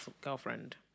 girlfriend